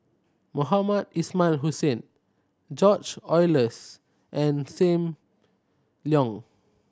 Mohamed Ismail Hussain George Oehlers and Sam Leong